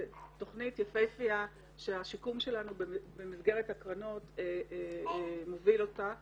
זו תכנית יפהפייה שהשיקום שלנו במסגרת הקרנות מוביל אותה